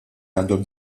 għandhom